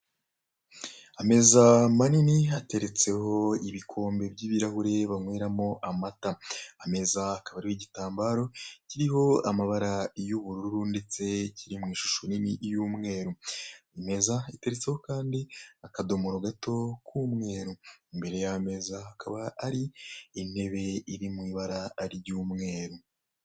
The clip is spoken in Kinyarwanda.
Ameza manini hateretseho ibikombe by'ibirahure banyweramo amata, ameza akaba ariho igitambaro kiriho amabara y'ubururu ndetse kiri mu ishusho nini y'umweru, imeza iteretseho kandi akadomoro gato k'umweru, imbere y'ameza hakaba hari intebe iri mu ibara ry'umweru.